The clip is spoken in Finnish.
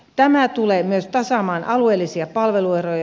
tämä tulee myös tasaamaan alueellisia palvelueroja